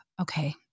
Okay